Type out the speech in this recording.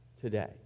today